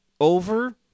over